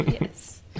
yes